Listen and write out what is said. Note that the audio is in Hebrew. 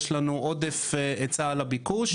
יש לנו עודף היצע על הביקוש.